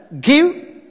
give